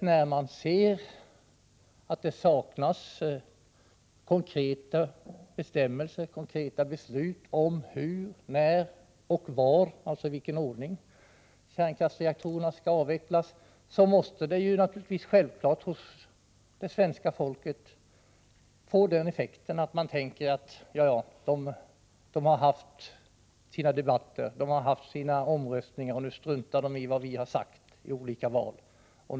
När man ser att det saknas konkreta beslut om hur, när och i vilken ordning kärnkraftsreaktorerna skall avvecklas, måste detta naturligtvis hos svenska folket få den effekten att man tänker att politikerna har haft sina debatter och sina omröstningar och att de nu struntar i vad folket har sagt.